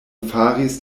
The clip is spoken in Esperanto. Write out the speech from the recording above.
faris